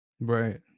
Right